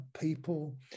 people